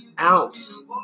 ounce